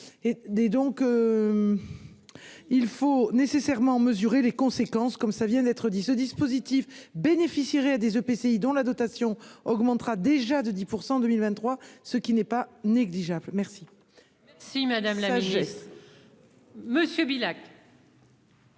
des donc il faut nécessairement mesurer les conséquences, comme ça vient d'être dit, ce dispositif bénéficieraient à des EPCI dont la dotation augmentera déjà de 10 % en 2023, ce qui n'est pas négligeable, merci. Si Madame geste monsieur Villach.